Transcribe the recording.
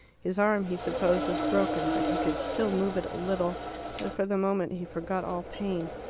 his arm, he supposed, was broken, but he could still move it a little, and for the moment he forgot all pain.